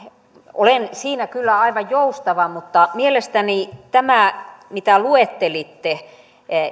olen siinä kyllä aivan joustava mutta mielestäni tämä mitä luettelitte